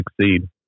succeed